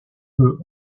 peu